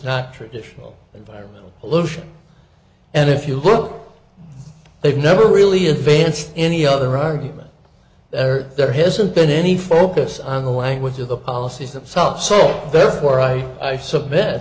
not traditional environmental pollution and if you look they've never really advanced any other argument there hasn't been any focus on the language of the policies that stuff so therefore i i submit